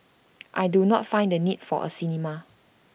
I do not find the need for A cinema